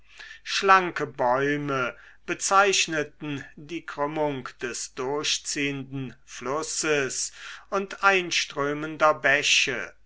schlanke bäume bezeichneten die krümmung des durchziehenden flusses und einströmender bäche